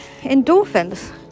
endorphins